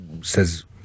says